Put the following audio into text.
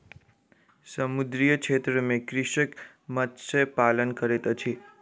समुद्रीय क्षेत्र में कृषक मत्स्य पालन करैत अछि